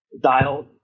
dialed